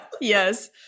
yes